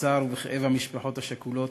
בצער ובכאב של המשפחות השכולות.